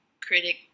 critic